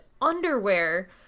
underwear